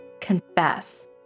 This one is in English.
confess